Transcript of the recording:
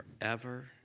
forever